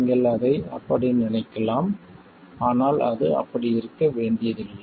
நீங்கள் அதை அப்படி நினைக்கலாம் ஆனால் அது அப்படி இருக்க வேண்டியதில்லை